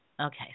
Okay